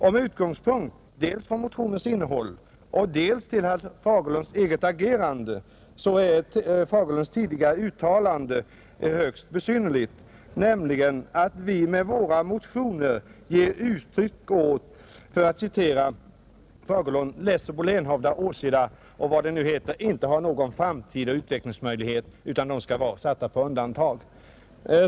Med utgångspunkt dels från motionens innehåll, dels från herr Fagerlunds eget agerande är hans tidigare uttalande högst besynnerligt, nämligen att vi med våra motioner ger uttryck åt — för att citera herr Fagerlund — att ”orterna Tingsryd, Lessebo, Lenhovda, Åseda och vad de heter, inte har någon framtid och inte några goda utvecklingsmöjligheter utan skall vara satta på undantag”.